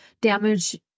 damage